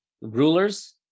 rulers